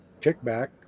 kickback